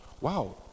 wow